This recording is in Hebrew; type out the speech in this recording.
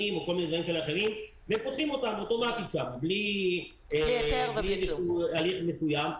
או כל מיני דברים אחרים והם פותחים שם את העסק בלי הליך מסוים.